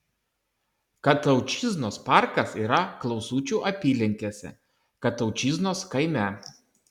kataučiznos parkas yra klausučių apylinkėse kataučiznos kaime